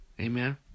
Amen